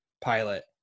pilot